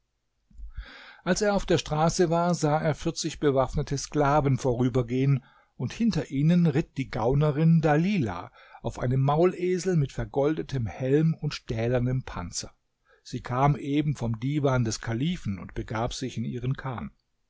als er auf der straße war sah er vierzig bewaffnete sklaven vorübergehen und hinter ihnen ritt die gaunerin dalilah auf einem maulesel mit vergoldetem helm und stählernem panzer sie kam eben vom divan des kalifen und begab sich in ihren chan